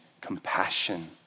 compassion